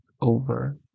over